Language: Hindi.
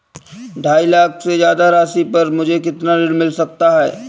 ढाई लाख से ज्यादा राशि पर मुझे कितना ऋण मिल सकता है?